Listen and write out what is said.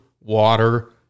water